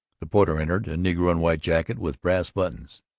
the porter entered a negro in white jacket with brass buttons.